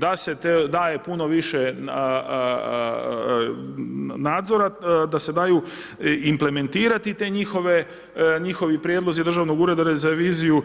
da se daje puno više nadzora, da se daju implementirati te njihove, njihovi prijedlozi Državnog ureda za reviziju.